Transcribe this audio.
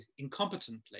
incompetently